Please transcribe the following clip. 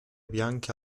bianca